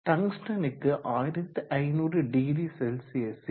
டங்ஸ்டனுக்கு 15000C ல் 0